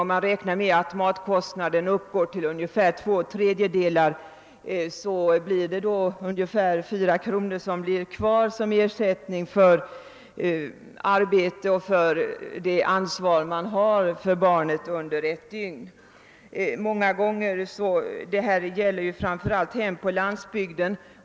Om man räknar med att matkostnaden uppgår till ungefär två tredjedelar av hela beloppet, blir det kvar ca 4 kr. som ersättning för arbetet och för det ansvar vårdaren har för barnet under ett dygn. Denna fråga gäller framför allt hem på landsbygden.